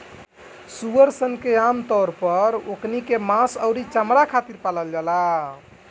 सूअर सन के आमतौर पर ओकनी के मांस अउरी चमणा खातिर पालल जाला